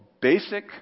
basic